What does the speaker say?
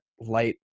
light